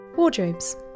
Wardrobes